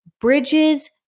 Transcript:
bridges